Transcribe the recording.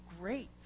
great